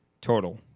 total